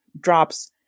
drops